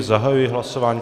Zahajuji hlasování.